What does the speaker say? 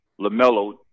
LaMelo